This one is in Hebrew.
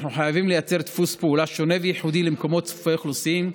אנחנו חייבים לייצר דפוס פעולה שונה וייחודי למקומות צפופי אוכלוסין.